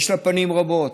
יש לה פנים רבות.